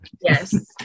Yes